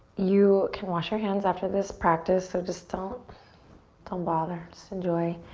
you can wash your hands after this practice, so just don't don't bother. just enjoy.